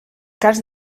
cas